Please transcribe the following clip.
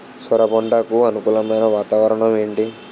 సొర పంటకు అనుకూలమైన వాతావరణం ఏంటి?